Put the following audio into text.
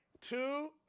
two